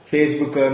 Facebook